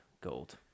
gold